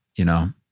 you know,